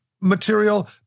material